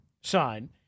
sign